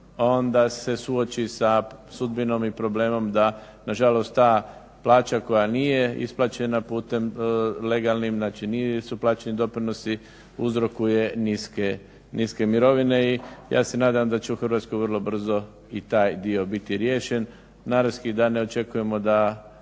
onda se suoči sa sudbinom i problemom da na žalost ta plaća koja nije isplaćena putem, legalnim, znači nisu plaćeni doprinosi uzrokuje niske mirovine i ja se nadam da će u Hrvatskom vrlo brzo i taj dio biti riješen. Naravski da ne očekujemo da